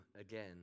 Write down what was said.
again